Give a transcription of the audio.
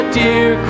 dear